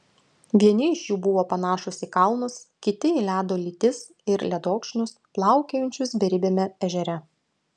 vieni iš jų buvo panašūs į kalnus kiti į ledo lytis ir ledokšnius plaukiojančius beribiame ežere